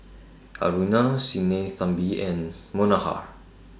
Aruna Sinnathamby and Manohar